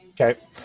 Okay